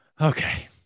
Okay